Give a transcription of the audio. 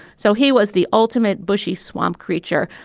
so he was the ultimate bushie swamp creature.